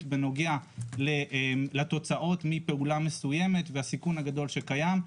בנוגע לתוצאות מפעולה מסוימת והסיכון הגדול שקיים,